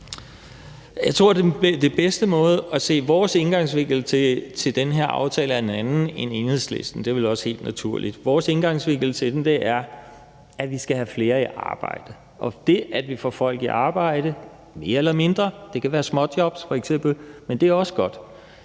Jeg tror, den bedste måde at se vores indgangsvinkel til den her aftale på er en anden end Enhedslistens. Det er vel også helt naturligt. Vores indgangsvinkel til den er, at vi skal have flere i arbejde, og det, at vi får folk i arbejde – mere eller mindre, det kan være småjobs f.eks., men det er også godt